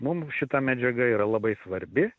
mum šita medžiaga yra labai svarbi